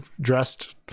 dressed